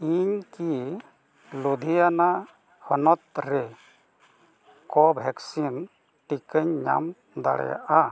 ᱤᱧ ᱠᱤ ᱞᱩᱫᱷᱤᱭᱟᱱᱟ ᱦᱚᱱᱚᱛ ᱨᱮ ᱠᱳᱵᱷᱮᱠᱥᱤᱱ ᱴᱤᱠᱟᱹᱧ ᱧᱟᱢ ᱫᱟᱲᱮᱭᱟᱜᱼᱟ